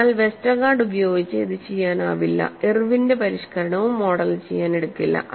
അതിനാൽ വെസ്റ്റർഗാർഡ് ഉപയോഗിച്ച് ഇത് ചെയ്യാനാവില്ല ഇർവിന്റെ പരിഷ്ക്കരണവും മോഡൽ ചെയ്യാൻ എടുക്കില്ല